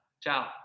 Ciao